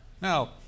Now